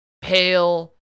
pale